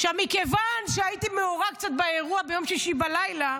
מכיוון שהייתי מעורה קצת באירוע ביום שישי בלילה,